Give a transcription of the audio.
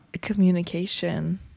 communication